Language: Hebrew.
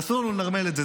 אסור לנו לנרמל את זה.